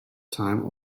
time